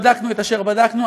בדקנו את אשר בדקנו,